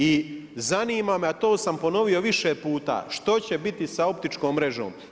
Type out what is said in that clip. I zanima me i to sam ponovio više puta, što će biti sa optičkom mrežom?